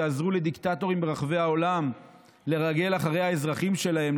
שעזרו לדיקטטורים ברחבי העולם לרגל אחרי האזרחים שלהם,